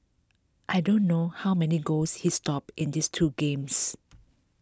I don't know how many goals he stopped in this two games